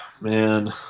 man